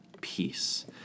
peace